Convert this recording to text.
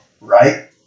Right